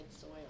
soil